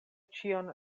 ĉion